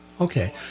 okay